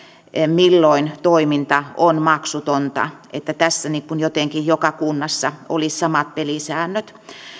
milloin toiminta on maksutonta että tässä jotenkin joka kunnassa olisi samat pelisäännöt